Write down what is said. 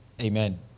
Amen